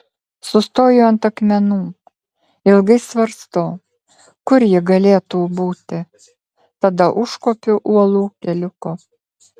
sustoju ant akmenų ilgai svarstau kur ji galėtų būti tada užkopiu uolų keliuku